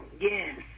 Yes